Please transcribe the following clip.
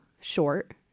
short